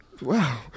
Wow